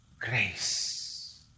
grace